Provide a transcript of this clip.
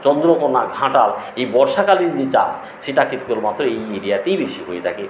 চন্দ্রকোণা ঘাটাল এই বর্ষাকালীন যে চাষ সেটা কী কেবলমাত্র এই এরিয়াতেই বেশি হয়ে থাকে